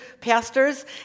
pastors